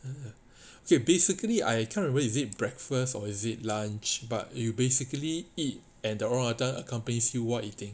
so basically I can't remember is it breakfast or is it lunch but you basically eat and the orangutan accompanies you while eating